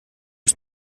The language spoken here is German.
bis